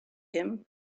him